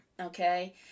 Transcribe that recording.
okay